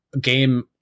game